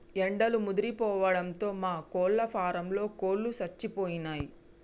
ఎండలు ముదిరిపోవడంతో మా కోళ్ళ ఫారంలో కోళ్ళు సచ్చిపోయినయ్